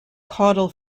caudal